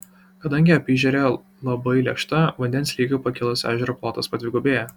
kadangi apyežerė labai lėkšta vandens lygiui pakilus ežero plotas padvigubėja